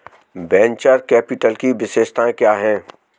Venture capital की विशेषताएं क्या हैं?